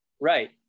Right